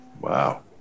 Wow